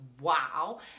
wow